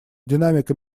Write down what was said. динамика